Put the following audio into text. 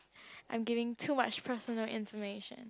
I'm giving too much personal information